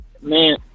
Man